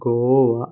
Goa